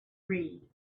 read